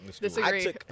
Disagree